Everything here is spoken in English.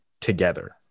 together